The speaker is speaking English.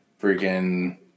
freaking